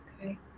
okay